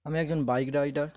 আমি একজন bike rider